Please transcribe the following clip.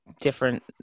different